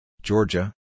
Georgia